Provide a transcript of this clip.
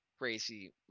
crazy